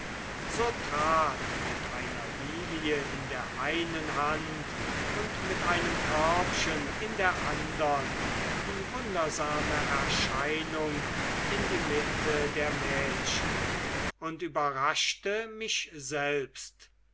so trat mit einer lilie in der einen hand und mit einem körbchen in der andern die wundersame erscheinung in die mitte der mädchen und überraschte mich selbst